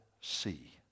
see